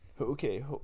Okay